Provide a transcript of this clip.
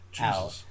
out